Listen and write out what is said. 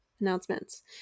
announcements